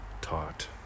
taught